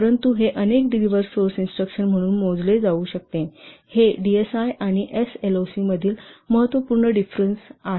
परंतु हे अनेक डेलिव्हरेड सोर्स इंस्ट्रक्शन म्हणून मोजले जाऊ शकते हे डीएसआय आणि एसएलओसी मधील महत्त्वपूर्ण डिफरेन्स आहे